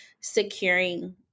securing